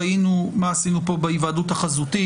ראינו מה עשינו כאן בהיוועדות החזותית.